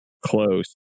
close